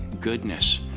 goodness